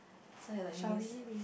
so you like miss